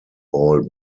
all